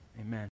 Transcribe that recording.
amen